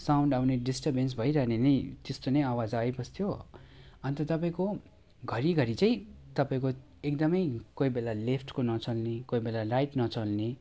sound आउने disturbance भइरहने नै त्यस्तो नै आवाज आइबस्थ्यो अन्त तपाईँको घरिघरि चाहिँ तपाईँको एकदमै कोही बेला लेफ्टको नचल्ने कोही बेला राइट नचल्ने